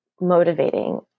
motivating